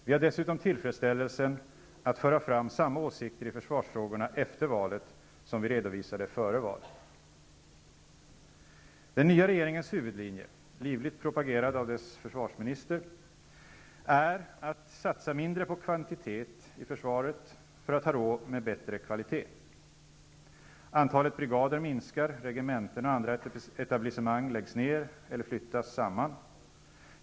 Vi har dessutom tillfredsställelsen att föra fram samma åsikter i försvarsfrågorna efter valet som vi redovisade före valet. Den nya regeringens huvudlinje, livligt propagerad av dess försvarsminister, är att satsa mindre på kvantitet i försvaret för att ha råd med bättre kvalitet. Antalet brigader minskar, och regementen och andra etablissemang läggs ned eller flyttas samman.